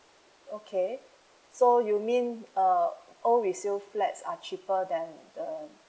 okay so you mean uh all resale flats are cheaper than a